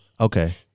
okay